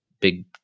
big